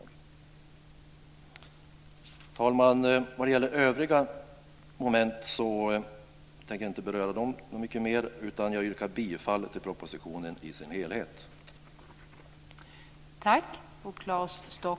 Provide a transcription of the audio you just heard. Fru talman! När det gäller övriga moment så tänker jag inte beröra dem, utan jag yrkar bifall till hemställan i betänkandet med anledning av propositionen.